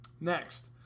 Next